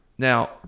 Now